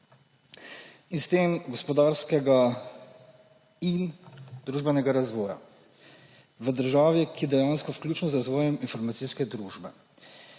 in s tem gospodarskega in družbenega razvoja v državi, vključno z razvojem informacijske družbe